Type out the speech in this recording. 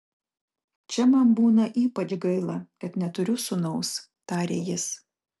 čia man būna ypač gaila kad neturiu sūnaus tarė jis